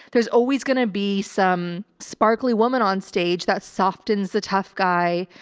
there's always going to be some sparkly woman on stage that softens the tough guy,